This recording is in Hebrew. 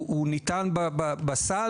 הוא ניתן בסל,